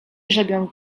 grzebią